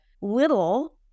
little